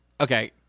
Okay